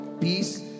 peace